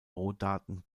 rohdaten